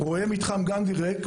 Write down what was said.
רואה את מתחם גנדי ריק,